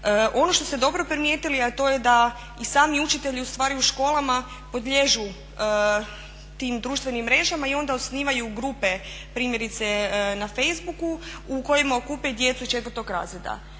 Ono što ste dobro primijetili a to je da i sami učitelji ustvari u školama podliježu tim društvenim mrežama i onda osnivaju grupe primjerice na facebooku u kojima okupe djecu iz 4. razreda.